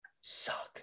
suck